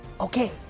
Okay